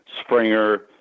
Springer